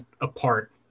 apart